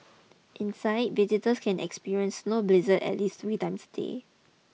inside visitors can experience snow blizzards at least three times a day